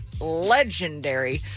legendary